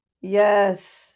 Yes